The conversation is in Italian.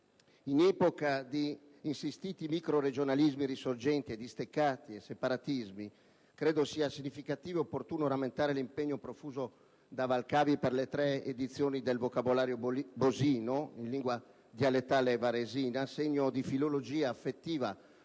In epoca di insistiti microregionalismi risorgenti e di steccati e separatismi, credo sia significativo ed opportuno rammentare l'impegno profuso da Valcavi per le tre edizioni del Vocabolario Bosino, in lingua dialettale varesina, segno di filologia affettiva